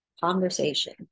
conversation